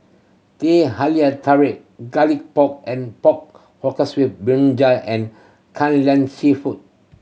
Teh Halia Tarik Garlic Pork and pork brinjal and Kai Lan Seafood